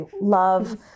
love